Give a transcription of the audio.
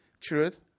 truth